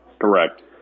Correct